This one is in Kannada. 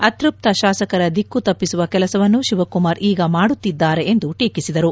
ಅತೃಪ್ತ ಶಾಸಕರ ದಿಕ್ಕು ತಪ್ಪಿಸುವ ಕೆಲಸವನ್ನು ಶಿವಕುಮಾರ್ ಈಗ ಮಾಡುತ್ತಿದ್ದಾರೆ ಎಂದು ಟೀಕಿಸಿದರು